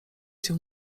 się